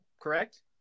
correct